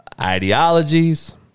ideologies